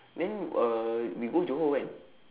then uh we go johor when